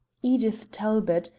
edith talbot,